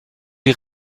die